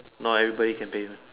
not everybody can pay meh